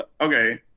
okay